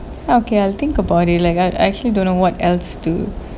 okay I'll think about it like I actually don't know what else to